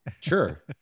Sure